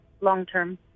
long-term